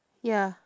ya